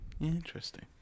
Interesting